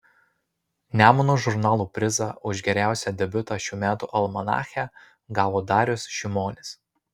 nemuno žurnalo prizą už geriausią debiutą šių metų almanache gavo darius šimonis